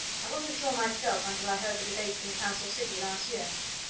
i wasn't sure myself until i heard the debates in council city, last year.